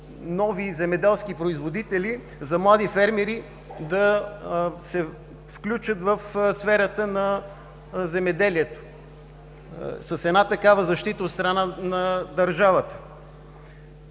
нови земеделски производители, та млади фермери да се включат в сферата на земеделието с такава защита от страна на държавата.